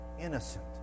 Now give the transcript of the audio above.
innocent